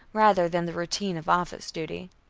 rather than the routine of office duty.